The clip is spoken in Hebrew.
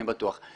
אני בטוח.